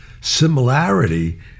similarity